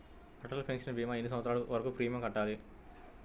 Atal pension భీమా ఎన్ని సంవత్సరాలు వరకు ప్రీమియం కట్టాలి?